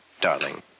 darling